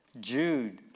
Jude